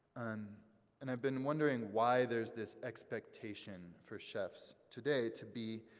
um and i've been wondering why there's this expectation for chefs today to be